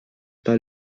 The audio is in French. par